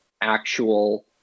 actual